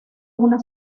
una